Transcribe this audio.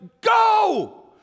Go